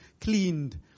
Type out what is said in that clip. cleaned